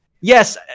Yes